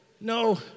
no